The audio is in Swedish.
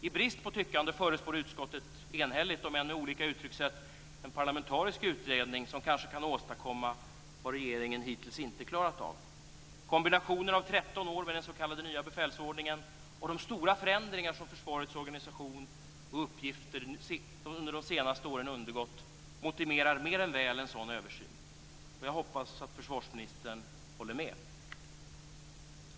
I brist på tyckande förutspår utskottet enhälligt - om än med olika uttryckssätt - en parlamentarisk utredning som kanske kan åstadkomma vad regeringen hittills inte klarat av. Kombinationen av 13 år med den s.k. nya befälsordningen och de stora förändringar som försvarets organisation och uppgifter under de senaste åren undergått motiverar mer än väl en sådan översyn. Jag hoppas att försvarsministern håller med om detta.